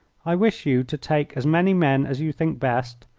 i wish you to take as many men as you think best,